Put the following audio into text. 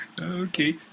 Okay